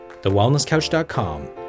TheWellnessCouch.com